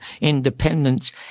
Independence